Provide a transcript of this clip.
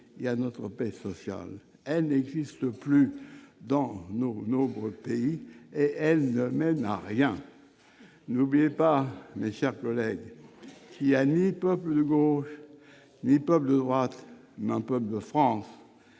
et à notre paix sociale. Elles n'existent plus dans de nombreux pays et elles ne mènent à rien. N'oubliez pas, mes chers collègues, qu'il n'y a pas un peuple de gauche et un peuple de droite, mais un peuple de France,